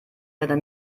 deiner